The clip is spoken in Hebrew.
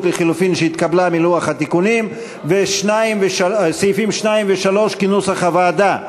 לחלופין שהתקבלה מלוח התיקונים וסעיפים 2 ו-3 כנוסח הוועדה.